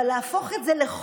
אבל להפוך את זה לחוק,